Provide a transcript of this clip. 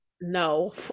No